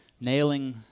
nailing